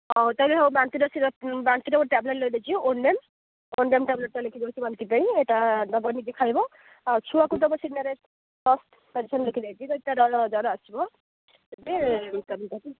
ହଉ ହଉ ତା'ହେଲେ ହଉ ବାନ୍ତିର ସିରପ୍ ବାନ୍ତିର ଗୋଟେ ଟାବ୍ଲେଟ୍ ଲେଖି ଦେଉଛି ଓନ୍ଡ଼େମ୍ ଓନ୍ଡ଼େମ୍ ଟାବ୍ଲେଟ୍ଟା ଲେଖି ଦେଉଛି ବାନ୍ତି ପାଇଁ ଏଇଟା ଦେବା ନେଇକି ଖାଇବ ଆଉ ଛୁଆକୁ ଦେବ ସିନାରେଷ୍ଟ୍ ଲେଖି ଦେଇଛି ଯେତେ ଜ୍ଵର ଆସିବ ସେବେ ଦେବ